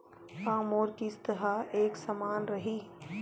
का मोर किस्त ह एक समान रही?